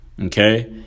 Okay